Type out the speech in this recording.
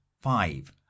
five